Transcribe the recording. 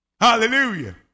hallelujah